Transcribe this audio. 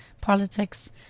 politics